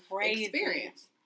experience